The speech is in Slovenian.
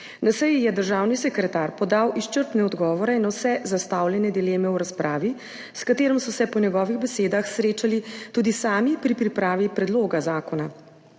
Na seji je državni sekretar podal izčrpne odgovore na vse zastavljene dileme v razpravi, s katerim so se po njegovih besedah srečali tudi sami pri pripravi predloga zakona.